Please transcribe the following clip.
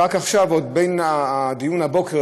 רק עכשיו, בין הדיון בבוקר